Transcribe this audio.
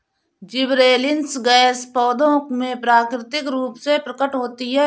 gibberellins gas पौधों में प्राकृतिक रूप से प्रकट होती है